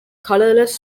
colorless